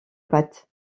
pâte